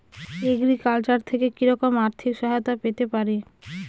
Agriculture থেকে কি রকম আর্থিক সহায়তা পেতে পারি?